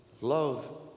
Love